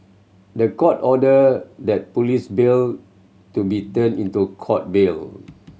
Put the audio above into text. the Court ordered that police bail to be turned into Court bail